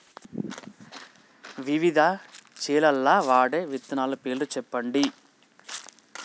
వివిధ చేలల్ల వాడే విత్తనాల పేర్లు చెప్పండి?